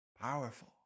Powerful